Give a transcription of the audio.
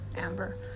Amber